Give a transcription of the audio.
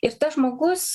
ir tas žmogus